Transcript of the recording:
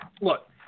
Look